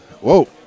whoa